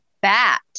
bat